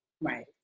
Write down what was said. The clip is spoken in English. right